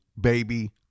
baby